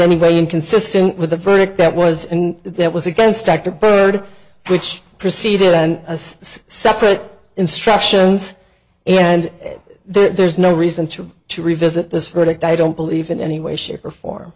any way inconsistent with the verdict that was and that was against dr bird which preceded and as separate instructions and there's no reason to to revisit this verdict i don't believe in any way shape or form